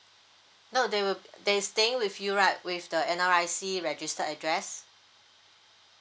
no they will they staying with you right with the N_R_I_C registered address